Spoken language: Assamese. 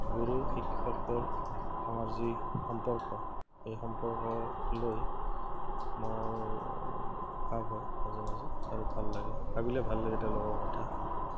গুৰু শিক্ষকৰ আমাৰ যি সম্পৰ্ক সেই সম্পৰ্ক লৈ মোৰ ভাৱ হয় মাজে মাজে আৰু ভাল লাগে ভাবিলে ভাল লাগে তেওঁলোকৰ কথা